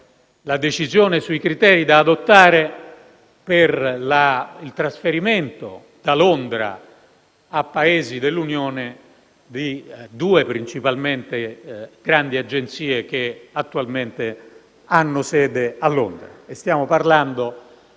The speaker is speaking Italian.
la decisione sui criteri da adottare per il trasferimento da Londra a Paesi dell'Unione europea principalmente di due grandi Agenzie, che attualmente hanno sede a Londra.